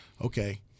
okay